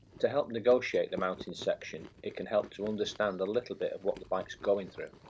to help negotiate the mountain section it can help to understand a little bit of what the bike's going through,